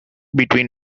between